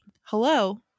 Hello